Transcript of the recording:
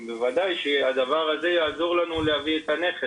בוודאי שהדבר הזה יעזור לנו להביא את הנכס.